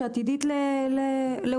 שעתידה להיות מאושרת.